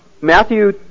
Matthew